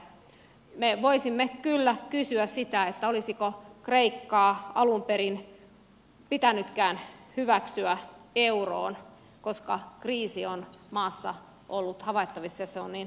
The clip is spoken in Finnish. me voisimme kyllä kysyä sitä olisiko kreikkaa alun perin pitänytkään hyväksyä euroon koska kriisi on maassa ollut havaittavissa ja se on niin valtava